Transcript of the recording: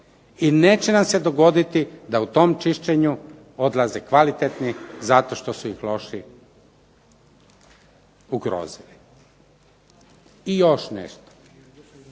I neće nam se dogoditi da u tom čišćenju odlaze kvalitetni zato što su ih loši ugrozili. I još nešto.